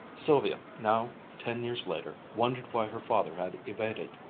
sylvia now, ten years later, wondered why her father had evaded.